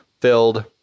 filled